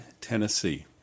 Tennessee